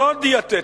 לא דיאטטית,